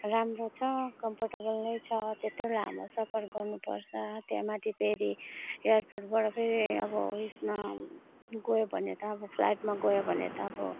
राम्रो छ कम्फर्टेबल नै छ त्यत्रो लामो सफर गर्नुपर्छ त्यहााँ माथि फेरि एयरपोर्टबाट फेरि अब उएसमा गयो भने त अब फ्लाइटमा गयो भने त